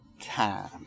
time